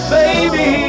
baby